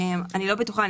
אני לא בטוחה,